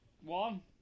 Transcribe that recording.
One